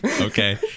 Okay